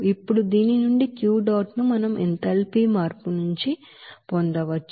ఇప్పుడు దీని నుండి Q dot ను మనం ఎంథాల్పీ మార్పు నుండి పొందవచ్చు